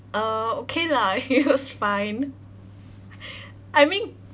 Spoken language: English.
uh okay lah he was fine I mean